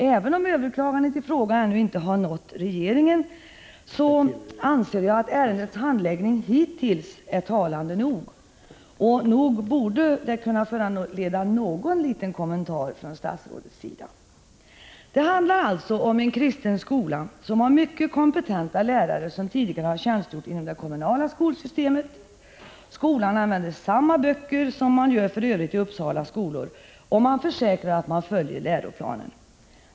Även om överklagandet i fråga ännu inte har nått regeringen, anser jag att ärendets handläggning hittills är talande nog — och nog borde det kunna föranleda någon liten kommentar från statsrådets sida. Det handlar alltså om en kristen skola, som har mycket kompetenta lärare, som tidigare tjänstgjort inom det kommunala skolsystemet. Skolan använder samma böcker som de som för övrigt används i Uppsalas skola, och man försäkrar att man följer läroplanen.